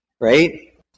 right